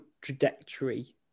trajectory